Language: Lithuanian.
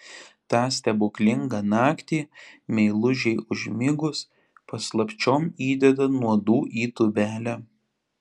tą stebuklingą naktį meilužei užmigus paslapčiom įdeda nuodų į tūbelę